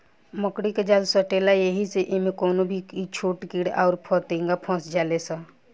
मकड़ी के जाल सटेला ऐही से इमे कवनो भी छोट कीड़ा अउर फतीनगा फस जाले सा